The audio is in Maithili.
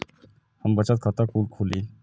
हम बचत खाता कोन खोली?